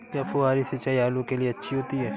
क्या फुहारी सिंचाई आलू के लिए अच्छी होती है?